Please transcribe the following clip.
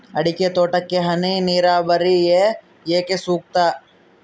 ಅಡಿಕೆ ತೋಟಕ್ಕೆ ಹನಿ ನೇರಾವರಿಯೇ ಏಕೆ ಸೂಕ್ತ?